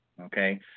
Okay